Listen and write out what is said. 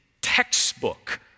textbook